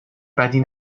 بدی